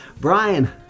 Brian